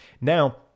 Now